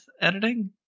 editing